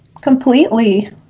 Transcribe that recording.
completely